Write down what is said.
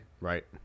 right